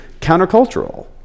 countercultural